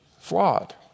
flawed